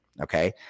Okay